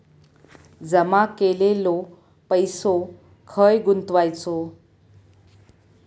जमा केलेलो पैसो खय गुंतवायचो?